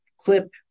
clip